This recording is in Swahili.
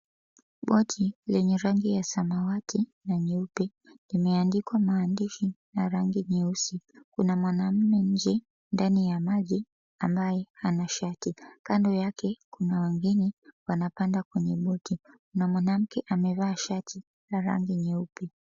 Boti lenye rangi ya smawati na nyeupe limeandikwa maandishi na rangi nyeusi. Kuna mwanaume nje ndani ya maji ambaye ana shati. Kando yake kuna wageni wanapanda kwenye boti, kuna mwanamke amevaa shati la rangi nyeupe.